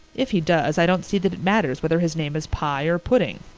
if he does i don't see that it matters whether his name is pye or pudding.